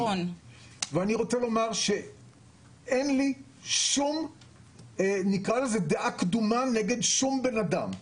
ואני רוצה לומר שאין לי שום דעה קדומה נגד שום בן אדם,